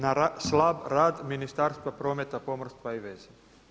Na slab rad Ministarstva prometa, pomorstva i veza.